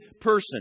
person